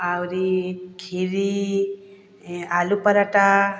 ଆଉରି ଖିରୀ ଆଲୁ ପରାଟା